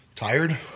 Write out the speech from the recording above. tired